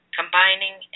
combining